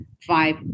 five